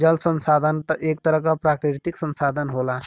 जल संसाधन एक तरह क प्राकृतिक संसाधन होला